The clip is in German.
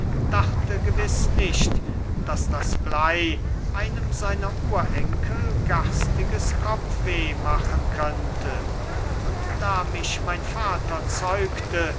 dachte gewiß nicht daß das blei einem seiner urenkel garstiges kopfweh machen könnte und da mich mein vater zeugte